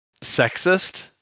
sexist